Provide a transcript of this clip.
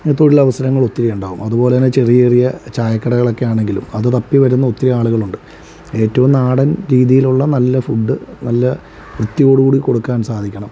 തൊഴിലവസരങ്ങൾ ഒത്തിരി ഉണ്ടാവും അതുപോലെ തന്നെ ചെറിയ ചെറിയ ചായക്കടകൾ ഒക്കെ ആണെങ്കിലും അതു തപ്പി വരുന്ന ഒത്തിരി ആളുകളുണ്ട് ഏറ്റവും നാടൻ രീതിയിലുള്ള നല്ല ഫുഡ് നല്ല വൃത്തിയോടുകൂടി കൊടുക്കാൻ സാധിക്കണം